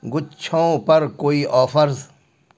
گچھوں پر کوئی آفرز